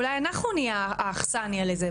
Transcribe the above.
אולי אנחנו נהייה האכסניה לזה,